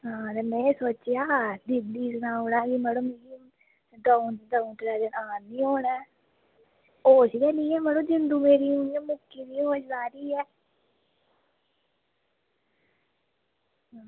ते में सोचेआ की दीदी सनाई ओड़ां की मिगी कि दंऊ त्रैऽ दिन औना निं होना ऐ होश गै निं ऐ मड़ो मिगी मेरी जिंदु ई होश जा दी ऐ